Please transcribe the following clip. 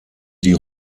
die